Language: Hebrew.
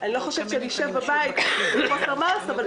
אני לא חושבת שאשב בבית בחוסר מעש אבל